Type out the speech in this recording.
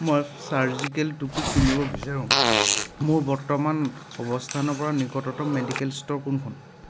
মই ছাৰ্জিকেল টুপী কিনিব বিচাৰোঁ মোৰ বৰ্তমান অৱস্থানৰ পৰা নিকটতম মেডিকেল ষ্ট'ৰ কোনখন